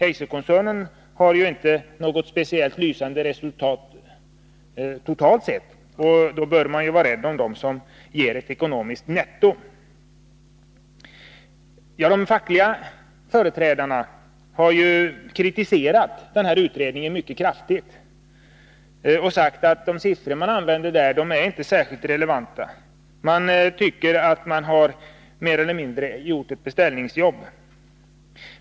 Eiserkoncernen som helhet har ju inte något speciellt lysande resultat, och då bör man vara rädd om de enheter som ger ett ekonomiskt nettotillskott. De fackliga företrädarna har kritiserat den gjorda utredningen mycket kraftigt och sagt att de siffror man använder där inte är särskilt relevanta. De anser att utredningen är ett beställningsarbete.